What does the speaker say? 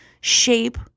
shape